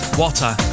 water